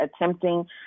attempting